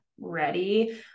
ready